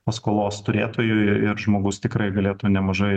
paskolos turėtojui ir žmogus tikrai galėtų nemažai